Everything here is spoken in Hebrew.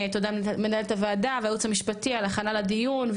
תודה למנהלת הוועדה ולייעוץ המשפטי על ההכנה לדיון,